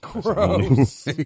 Gross